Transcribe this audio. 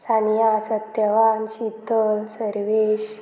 Sania Satyavan Shital Sarvesh